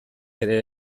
ere